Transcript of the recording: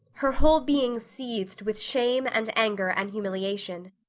her whole being seethed with shame and anger and humiliation.